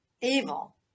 evil